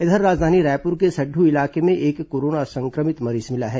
इधर राजधानी रायपुर के सड्ढू इलाके में एक कोरोना संक्रमित मरीज मिला है